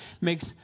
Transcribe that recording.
makes